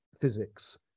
physics